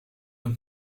een